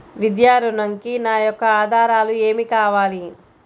విద్యా ఋణంకి నా యొక్క ఆధారాలు ఏమి కావాలి?